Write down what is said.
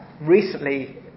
recently